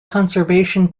conservation